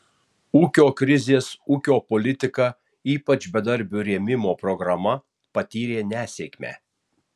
ūkio krizės ūkio politika ypač bedarbių rėmimo programa patyrė nesėkmę